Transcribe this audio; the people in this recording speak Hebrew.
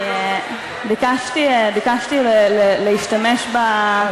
אני ביקשתי להשתמש,